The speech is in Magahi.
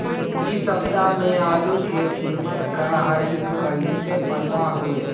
इ सप्ताह में आलू के कीमत का है कईसे पता होई?